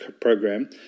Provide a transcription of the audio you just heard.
program